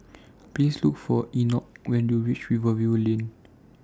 Please Look For Enoch when YOU REACH Rivervale Lane